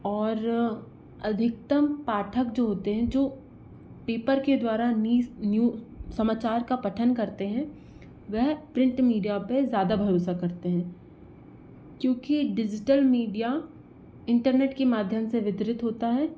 और अधिकतम पाठक जो होते हैं जो पेपर के द्वारा न्यू समाचार का पठन करते हैं वह प्रिंट मीडिया पर ज़्यादा भरोसा करते हैं क्योंकि डिजिटल मीडिया इंटरनेट के माध्यम से वितरित होता है